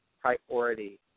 priority